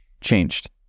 changed